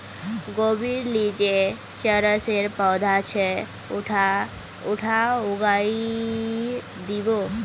गोबीर ली जे चरसेर पौधा छ उटाक उखाड़इ दी बो